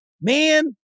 man